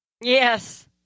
Yes